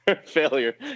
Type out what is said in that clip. failure